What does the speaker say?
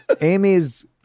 Amy's